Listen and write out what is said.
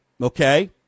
Okay